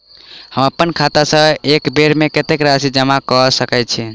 हम अप्पन खाता सँ एक बेर मे कत्तेक राशि जमा कऽ सकैत छी?